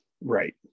Right